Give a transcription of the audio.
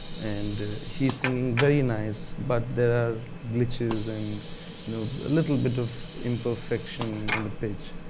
and he's singing very nice, but there are glitches and you know a little bit of imperfection in the pitch,